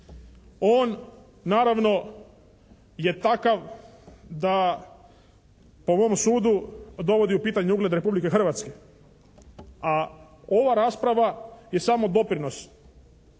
On naravno je takav da po mom sudu dovodi u pitanje ugled Republike Hrvatske, a ova rasprava je samo doprinos